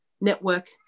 network